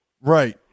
Right